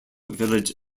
village